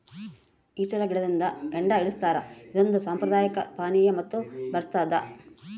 ಈಚಲು ಗಿಡದಿಂದ ಹೆಂಡ ಇಳಿಸ್ತಾರ ಇದೊಂದು ಸಾಂಪ್ರದಾಯಿಕ ಪಾನೀಯ ಮತ್ತು ಬರಸ್ತಾದ